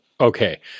okay